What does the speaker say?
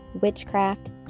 witchcraft